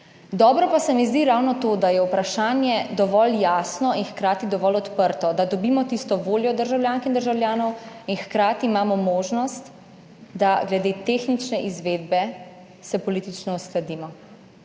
dobro pa se mi zdi ravno to, da je vprašanje dovolj jasno in hkrati dovolj odprto, da dobimo tisto voljo državljank in državljanov in hkrati imamo možnost, da glede tehnične izvedbe se politično uskladimo,.